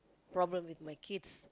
problem with my kids